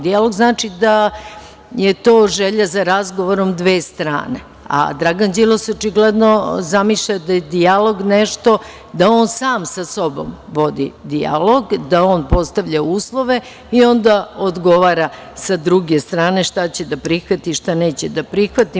Dijalog znači da je to želja za razgovorom dve strane, a Dragan Đilas očigledno zamišlja da je dijalog nešto da on sam sa sobom vodi dijalog, da on postavlja uslove i onda odgovora sa druge strane šta će da prihvati i šta neće da prihvati.